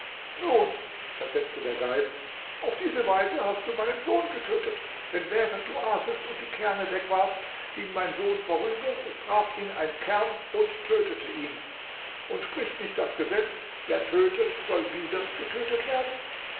nun versetzte der geist auf diese weise hast du meinen sohn getötet denn während du aßest und die kerne wegwarfst ging mein sohn vorüber es traf ihn ein kern und tötete ihn und spricht nicht das gesetz wer tötet soll wieder getötet werden